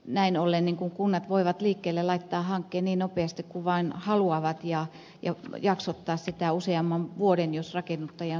näin ollen kunnat voivat laittaa hankkeen liikkeelle niin nopeasti kuin vain haluavat ja jaksottaa sitä useamman vuoden jos rakennuttaja on siihen valmis